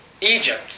Egypt